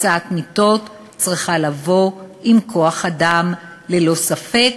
הקצאת מיטות צריכה לבוא עם כוח-אדם, ללא ספק,